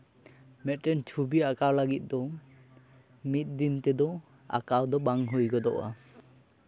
ᱢᱤᱫᱴᱮᱱ ᱪᱷᱚᱵᱤ ᱟᱸᱠᱟᱣ ᱞᱟᱹᱜᱤᱫ ᱫᱚ ᱢᱤᱫ ᱫᱤᱱ ᱛᱮᱫᱚ ᱶ ᱟᱸᱠᱟᱣ ᱫᱚ ᱵᱟᱝ ᱦᱩᱭ ᱜᱚᱫᱚᱜᱼᱟ